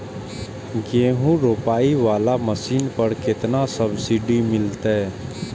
गेहूं रोपाई वाला मशीन पर केतना सब्सिडी मिलते?